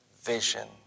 vision